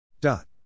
Dot